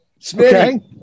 Smitty